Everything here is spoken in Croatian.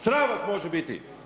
Sram vas može biti!